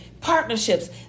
partnerships